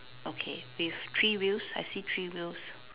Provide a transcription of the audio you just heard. okay with three wheels I see three wheels